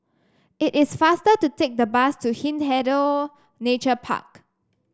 it is faster to take the bus to Hindhede Nature Park